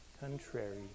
contrary